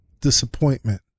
disappointment